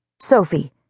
Sophie